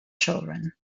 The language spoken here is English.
children